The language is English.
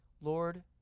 lord